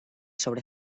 sobre